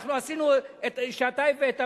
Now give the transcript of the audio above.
עשינו מה שאתה הבאת,